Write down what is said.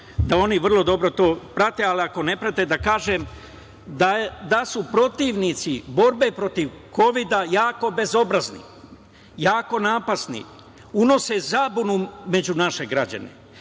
da oni vrlo dobro to prate, ali ako ne prate da kažem da su protivnici borbe protiv kovida jako bezobrazne, jako napasni, unose zabunu među naše građane,